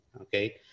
okay